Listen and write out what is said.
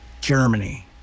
Germany